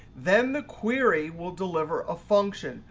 then the query will deliver a function.